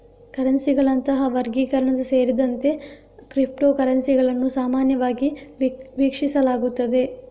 ಕರೆನ್ಸಿಗಳಂತಹ ವರ್ಗೀಕರಣ ಸೇರಿದಂತೆ ಕ್ರಿಪ್ಟೋ ಕರೆನ್ಸಿಗಳನ್ನು ಸಾಮಾನ್ಯವಾಗಿ ವೀಕ್ಷಿಸಲಾಗುತ್ತದೆ